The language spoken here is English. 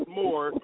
more